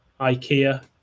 Ikea